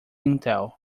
intel